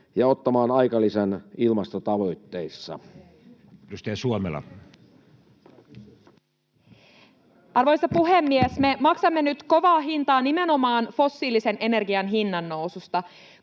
vuodelle 2023 Time: 13:52 Content: Arvoisa puhemies! Me maksamme nyt kovaa hintaa nimenomaan fossiilisen energian hinnannoususta.